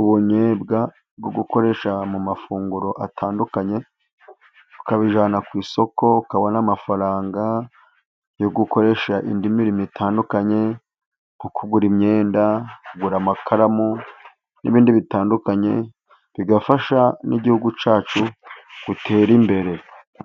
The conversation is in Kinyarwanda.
ubunnyebwa bwo gukoresha mu mafunguro atandukanye. Ukabijyana ku isoko ukabona amafaranga yo gukoresha indi mirimo itandukany: nko kugura imyenda, kugura amakaramu, n'ibindi bitandukanye, bigafasha n'igihugu cyacu gutera imbere.